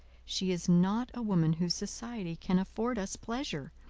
she is not a woman whose society can afford us pleasure,